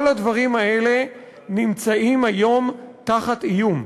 כל הדברים האלה נמצאים היום תחת איום.